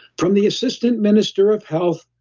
from the assistant minister of health,